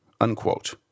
unquote